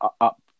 up